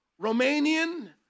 Romanian